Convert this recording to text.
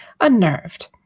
unnerved